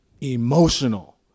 emotional